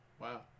wow